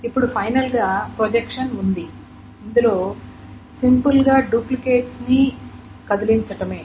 ఇప్పుడు ఫైనల్ గా ప్రొజెక్షన్ ఉంది ఇందులో సింపుల్ గా డూప్లికేట్స్ ని కదిలించటమే